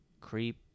creep